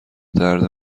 درد